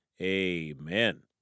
amen